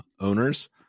owners